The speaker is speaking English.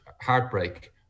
heartbreak